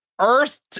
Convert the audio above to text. Earth